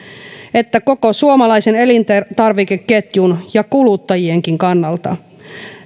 että koko suomalaisen elintarvikeketjun ja kuluttajienkin kannalta